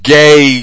gay